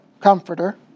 comforter